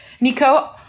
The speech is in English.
Nico